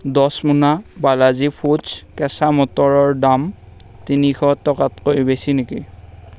দহ মোনা বালাজী ফুডছ কেঁচা মটৰৰ দাম তিনিশ টকাতকৈ বেছি নেকি